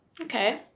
Okay